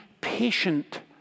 patient